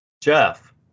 Jeff